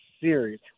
Series